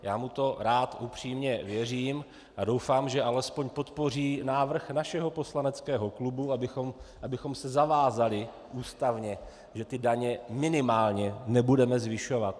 Já mu to rád upřímně věřím a doufám, že alespoň podpoří návrh našeho poslaneckého klubu, abychom se zavázali ústavně, že daně minimálně nebudeme zvyšovat.